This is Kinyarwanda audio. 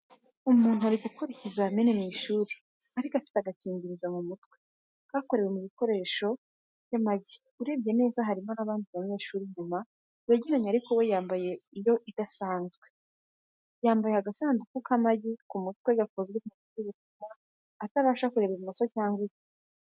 Umuntu uri gukora ikizamini mu ishuri ariko afite agakingirizo ku mutwe kakorewe mu bikoresho by'ibikoresho by'amagi, Urebye neza harimo n’abandi banyeshuri inyuma begeranye ariko we yambaye iyo idasanzwe. Yambaye agasanduku k’amagi ku mutwe gakozwe mu buryo butuma atabasha kureba ibumoso cyangwa iburyo.